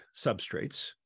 substrates